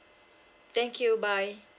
thank you bye